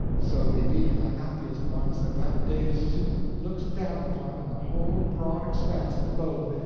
so we be the happiest ones that that day's suit looks down upon in the whole broad expanse of the globe,